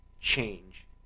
change